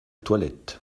toilette